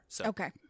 Okay